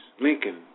Lincoln